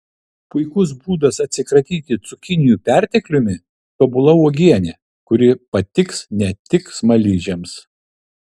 puikus būdas atsikratyti cukinijų pertekliumi tobula uogienė kuri patiks ne tik smaližiams